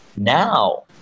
Now